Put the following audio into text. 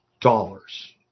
dollars